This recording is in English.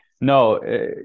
no